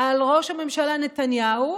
על ראש הממשלה נתניהו